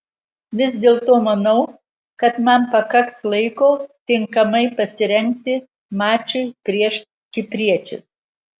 vis dėlto manau kad man pakaks laiko tinkamai pasirengti mačui prieš kipriečius